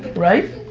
right?